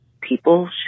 people